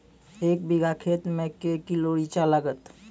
एक बीघा खेत मे के किलो रिचा लागत?